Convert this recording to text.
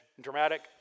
dramatic